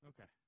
Okay